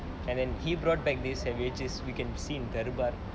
and then he brought back this savages we can see in darbar